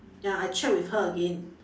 ya I check with her again